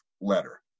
letter